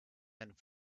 and